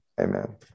Amen